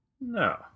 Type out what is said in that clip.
No